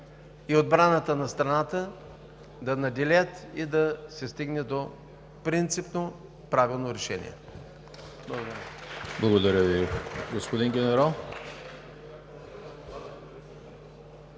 и отбраната на страната да надделеят и да се стигне до принципно правилно решение.